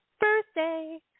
birthday